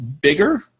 bigger